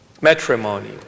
matrimony